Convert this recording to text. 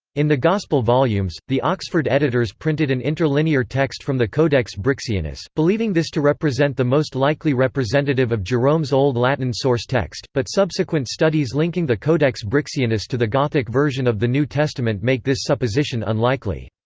in the gospel volumes, the oxford editors printed an interlinear text from the codex brixianus, believing this to represent the most likely representative of jerome's old latin source text but subsequent studies linking the codex brixianus to the gothic version of the new testament make this supposition unlikely.